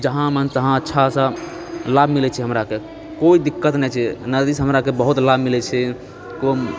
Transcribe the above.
जहाँ मन तहाँ अच्छासँ लाभ मिलैत छै हमराके कोइ दिक्कत नहि छै नदीसँ हमराके बहुत लाभ मिलैत छै को